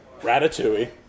Ratatouille